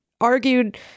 argued